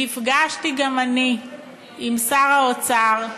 נפגשתי גם אני עם שר האוצר,